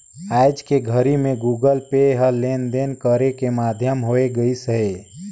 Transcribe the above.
आयज के घरी मे गुगल पे ह लेन देन करे के माधियम होय गइसे